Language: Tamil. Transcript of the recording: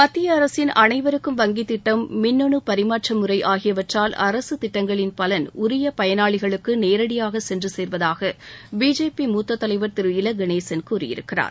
மத்திய அரசின் அனைவருக்கும் வங்கித் திட்டம் மின்னணு பரிமாற்ற முறை ஆகியவற்றால் அரசு திட்டங்களின் பலன் உரிய பயனாளிகளுக்கு நேரடியாக சென்று சேர்வதாக பிஜேபி மூத்த தலைவர் திரு இல கணேசன் கூறியிருக்கிறார்